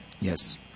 Yes